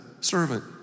servant